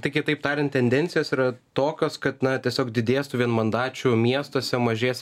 tai kitaip tariant tendencijos yra tokios kad na tiesiog didės tų vienmandačių miestuose mažės